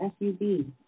SUV